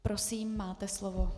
Prosím, máte slovo.